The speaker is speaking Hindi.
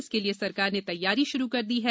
इसके लिए सरकार ने तैयारी शुरू कर दी है